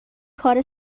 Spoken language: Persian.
کار